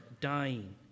dying